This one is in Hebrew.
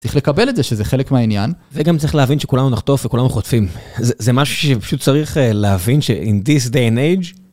צריך לקבל את זה שזה חלק מהעניין וגם צריך להבין שכולנו נחטוף וכולנו חוטפים זה.. זה משהו שפשוט צריך אה.. להבין ש.. in-this-day-and-age